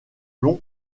plomb